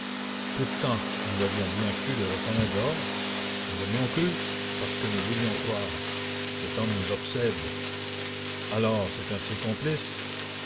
pourtant nous avions bien cru le reconnaître dehors nous avions cru parce que nous voulions croire cet homme nous obsède alors c'est un de ses complices